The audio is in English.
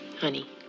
Honey